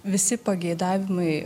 visi pageidavimai